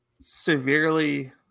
severely